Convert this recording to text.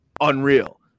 unreal